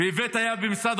ואיווט היה שר